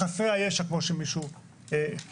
חסרי הישע כמו שמישהו כינה